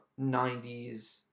90s